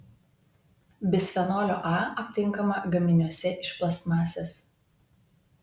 bisfenolio a aptinkama gaminiuose iš plastmasės